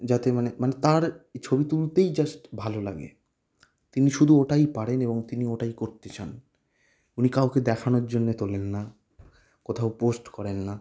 যাতে মানে মানে তাঁর ছবি তুলতেই জাস্ট ভালো লাগে তিনি শুধু ওটাই পারেন এবং তিনি ওটাই করতে চান উনি কাউকে দেখানোর জন্যে তোলেন না কোথাও পোস্ট করেন না